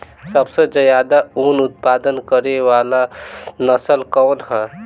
सबसे ज्यादा उन उत्पादन करे वाला नस्ल कवन ह?